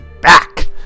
back